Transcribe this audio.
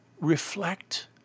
reflect